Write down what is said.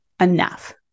enough